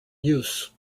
use